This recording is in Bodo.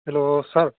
hello sir